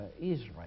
Israel